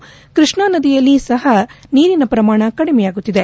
ಕಾರಣ ಕೃಷ್ಣಾನದಿಯಲ್ಲಿ ಸಹ ನೀರಿನ ಪ್ರಮಾಣ ಕಡಿಮೆಯಾಗುತ್ತಿದೆ